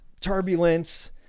turbulence